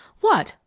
what?